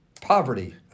Poverty